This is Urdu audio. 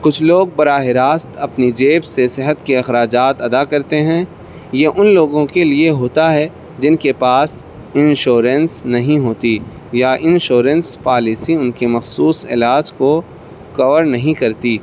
کچھ لوگ براہ راست اپنی جیب سے صحت کے اخراجات ادا کرتے ہیں یہ ان لوگوں کے لیے ہوتا ہے جن کے پاس انشورنس نہیں ہوتی یا انشورنس پالیسی ان کی مخصوص علاج کو کور نہیں کرتی